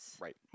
right